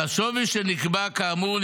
על השווי שנקבע כאמור,